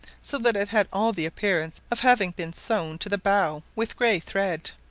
so that it had all the appearance of having been sewn to the bough with grey thread.